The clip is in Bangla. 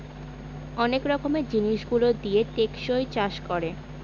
অনেক রকমের জিনিস যেগুলো দিয়ে টেকসই চাষ করে